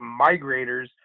migrators